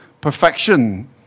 perfection